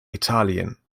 italien